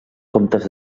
comtes